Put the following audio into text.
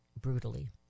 brutally